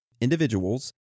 individuals